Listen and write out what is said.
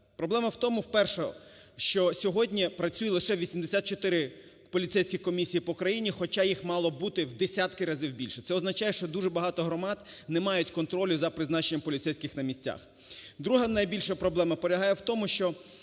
Проблема в тому, перша, що сьогодні працює лише 84 поліцейські комісії по країні, хоча їх мало бути в десятки разів більше. Це означає, що дуже багато громад не мають контролю за призначенням поліцейських на місцях. Друга – найбільша проблема полягає в тому, що